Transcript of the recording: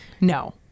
no